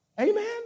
Amen